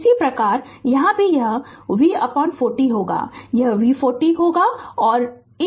इसी प्रकार यहाँ भी यह V40 होगा यह V40 होगा